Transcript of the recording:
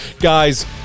Guys